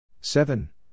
seven